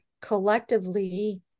collectively